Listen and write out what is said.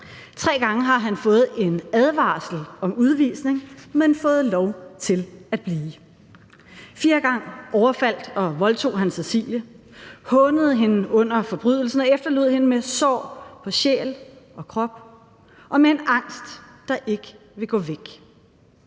tre gange har han fået en advarsel om udvisning, men har fået lov til at blive. Fjerde gang overfaldt og voldtog han Cecilie, hånede hende under forbrydelsen og efterlod hende med sår på sjæl og krop og med en angst, der ikke vil gå væk.